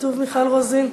כתוב מיכל רוזין.